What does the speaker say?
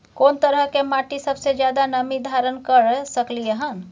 कोन तरह के माटी सबसे ज्यादा नमी धारण कर सकलय हन?